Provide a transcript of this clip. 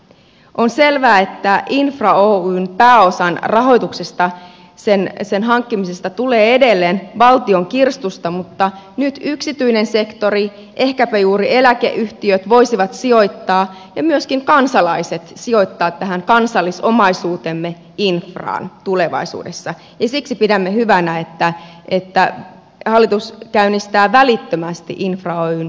on selvää että pääosa infra oyn rahoituksesta sen hankkimisesta tulee edelleen valtion kirstusta mutta nyt yksityinen sektori ehkäpä juuri eläkeyhtiöt ja myöskin kansalaiset voisivat sijoittaa tähän kansallisomaisuuteemme infraan tulevaisuudessa ja siksi pidämme hyvänä että hallitus käynnistää välittömästi infra oyn perustamisen